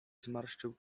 zmarszczył